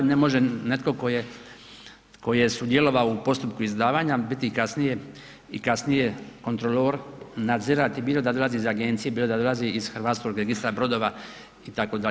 Ne može netko tko je sudjelovao u postupku izdavanja biti kasnije i kontrolor, nadzirati bilo da dolazi iz agencije, bilo da dolazi iz Hrvatskog registra brodova itd.